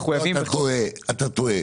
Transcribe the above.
אתה טועה.